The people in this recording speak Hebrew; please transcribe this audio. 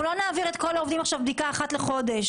אנחנו לא נעביר עכשיו את כל העובדים בדיקה אחת לחודש.